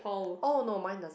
oh no mine doesn't